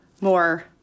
more